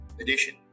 edition